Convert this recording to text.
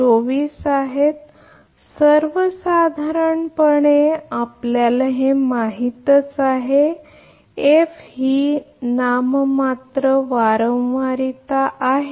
गोष्टी कशा येत आहेत सर्वसाधारणपणे आपल्याला हे माहित असेलच एफ नाममात्र फ्रिक्वेन्सी आहे